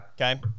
Okay